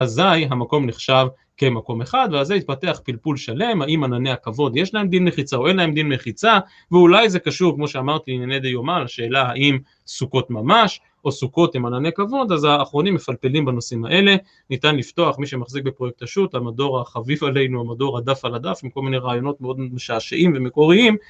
אזי המקום נחשב כמקום אחד, ועל זה יתפתח פלפול שלם, האם ענני הכבוד יש להם דין מחיצה או אין להם דין מחיצה, ואולי זה קשור כמו שאמרתי ענייני דיומה לשאלה האם סוכות ממש או סוכות הם ענני כבוד, אז האחרונים מפלפלים בנושאים האלה, ניתן לפתוח מי שמחזיק בפרויקט השו"ת, המדור החביב עלינו, המדור הדף על הדף עם כל מיני רעיונות מאוד משעשעים ומקוריים